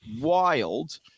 wild